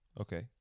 Okay